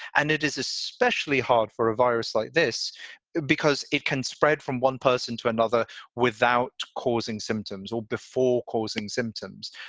and it is especially hard for a virus like this because it can spread from one person to another without causing symptoms or before causing symptoms.